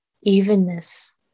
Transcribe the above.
evenness